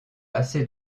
assez